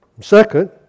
Second